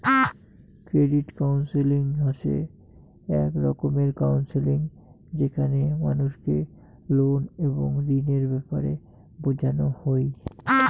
credit counselling হসে এক রকমের কাউন্সেলিং যেখানে মানুষকে লোন এবং ঋণের ব্যাপারে বোঝানো হই